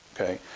okay